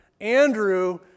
Andrew